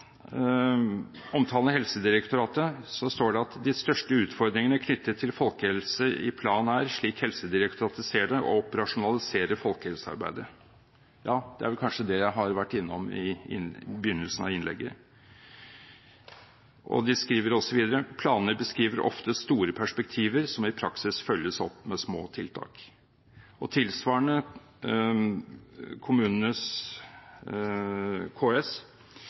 står det: «De største utfordringene knyttet til folkehelse i plan er, slik Helsedirektoratet ser det, å operasjonalisere folkehelsearbeidet.» Ja, det var vel kanskje det jeg var innom i begynnelsen av innlegget. De skriver videre: «Planene beskriver ofte store perspektiver som i praksis følges opp med små tiltak.» Tilsvarende når det gjelder KS: